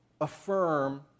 Affirm